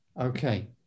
Okay